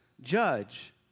judge